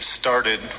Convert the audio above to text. started